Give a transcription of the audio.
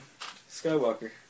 Skywalker